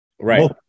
Right